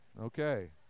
Okay